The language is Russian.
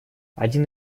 один